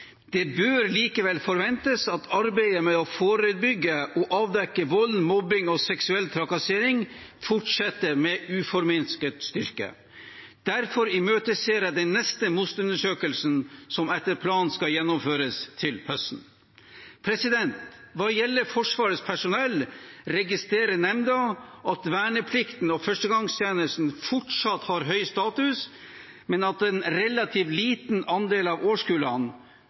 Det bør likevel forventes at arbeidet med å forebygge og avdekke vold, mobbing og seksuell trakassering fortsetter med uforminsket styrke. Derfor imøteser jeg den neste MOST-undersøkelsen, som etter planen skal gjennomføres til høsten. Hva gjelder Forsvarets personell, registrerer nemnda at verneplikten og førstegangstjenesten fortsatt har høy status, men at en relativt liten andel av